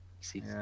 See